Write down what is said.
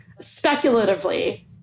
speculatively